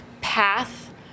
path